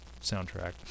soundtrack